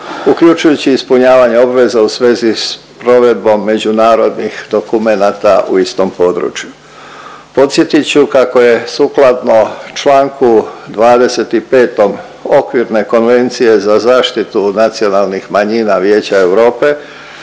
uključujući i ispunjavanje obveza u svezi s provedbom međunarodnih dokumenata u istom području. Podsjetit ću kako je sukladno čl. 25. Okvirne konvencije za zaštitu nacionalnih manjina Vijeća Europe